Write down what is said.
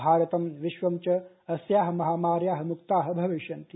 भारतंविश्वं च अस्याःमहामार्याःम्क्ताःभविष्यन्ति